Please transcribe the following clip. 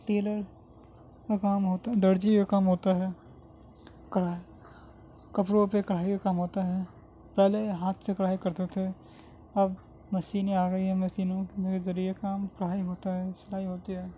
tailor کا کام ہوتا درزی کا کام ہوتا ہے کڑھا کپڑوں پہ کڑھائی کا کام ہوتا ہے پہلے ہاتھ سے کڑھائی کرتے تھے اب مشینیں آ گئی ہیں مشینوں کے ذریعہ کام کڑھائی ہوتا ہے سلائی ہوتی ہے